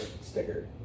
Sticker